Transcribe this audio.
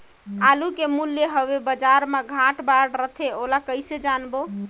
आलू के मूल्य हवे बजार मा घाट बढ़ा रथे ओला कइसे जानबो?